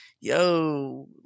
yo